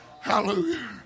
Hallelujah